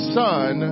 son